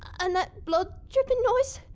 an' that blood drippin' noise?